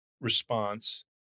response